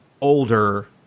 older